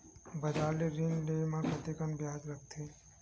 बजार ले ऋण ले म कतेकन ब्याज लगथे?